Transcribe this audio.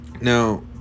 Now